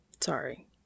sorry